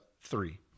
three